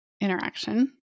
interaction